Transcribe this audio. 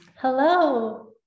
Hello